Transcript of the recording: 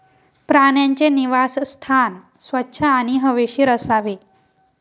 प्राण्यांचे निवासस्थान स्वच्छ आणि हवेशीर असावे